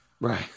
Right